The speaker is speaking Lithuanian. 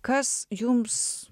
kas jums